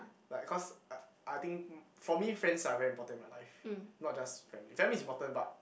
like cause I I think for me friends are very important in my life not just family family is important but